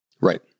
Right